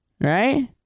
Right